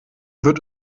wird